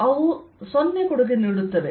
ಆದ್ದರಿಂದಅವು 0 ಕೊಡುಗೆ ನೀಡುತ್ತವೆ